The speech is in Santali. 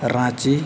ᱨᱟᱸᱪᱤ